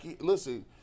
listen